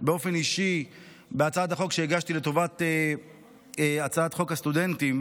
באופן אישי מהצעת החוק שהגשתי לטובת הצעת חוק הסטודנטים.